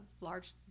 large